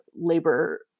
labor